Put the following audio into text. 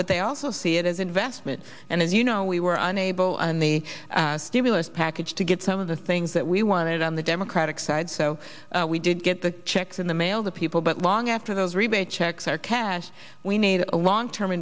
but they also see it as investment and you know we were unable in the stimulus package to get some of the things that we wanted on the democratic side so we did get the checks in the mail the people but long after those rebate checks are cash we need a long term